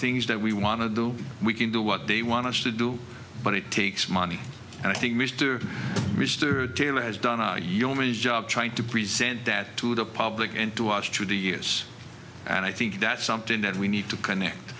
things that we want to do we can do what they want to do but it takes money and i think mister taylor has done a yeoman's job trying to present that to the public and to us through the years and i think that's something that we need to connect